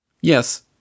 Yes